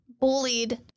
bullied